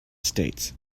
states